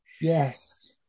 Yes